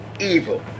evil